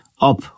up